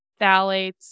phthalates